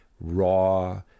raw